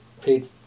paid